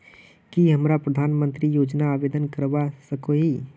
की हमरा प्रधानमंत्री योजना आवेदन करवा सकोही?